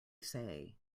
say